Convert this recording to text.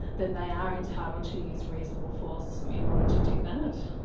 then they are entitled to use reasonable force um in order to do that.